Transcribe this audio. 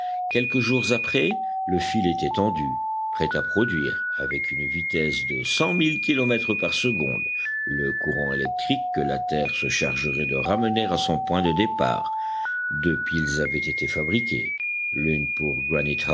quelques jours après le fil était tendu prêt à produire avec une vitesse de cent mille kilomètres par seconde le courant électrique que la terre se chargerait de ramener à son point de départ deux piles avaient été fabriquées l'une pour